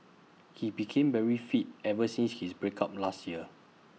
he became very fit ever since his break up last year